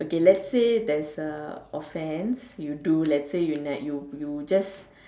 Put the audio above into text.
okay let's say there's a offense you do let's say you nev~ you you just